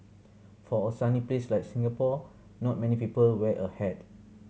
for a sunny place like Singapore not many people wear a hat